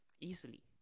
easily